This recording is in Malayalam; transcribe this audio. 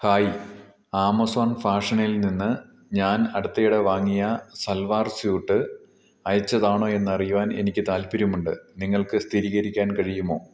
ഹായ് ആമസോൺ ഫാഷനിൽ നിന്ന് ഞാൻ അടുത്തിടെ വാങ്ങിയ സൽവാർ സ്യൂട്ട് അയച്ചതാണോ എന്ന് അറിയുവാൻ എനിക്ക് താൽപ്പര്യമുണ്ട് നിങ്ങൾക്ക് സ്ഥിരീകരിക്കാൻ കഴിയുമോ